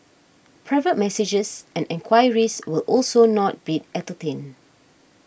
private messages and enquiries will also not be entertained